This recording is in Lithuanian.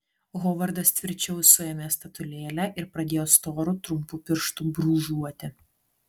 hovardas tvirčiau suėmė statulėlę ir pradėjo storu trumpu pirštu brūžuoti